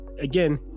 again